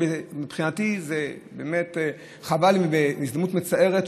שמבחינתי היא הזדמנות מצערת,